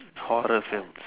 horror films